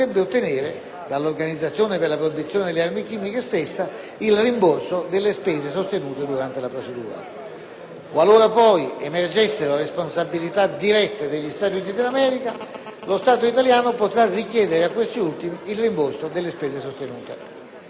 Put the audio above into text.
Qualora poi emergessero responsabilità dirette degli Stati Uniti d'America, lo Stato italiano potrà richiedere a questi ultimi il rimborso delle spese sostenute. In conclusione, esaminati tutti i punti, si propone all'Assemblea l'approvazione del provvedimento.